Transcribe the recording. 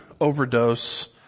overdose